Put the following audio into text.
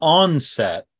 onset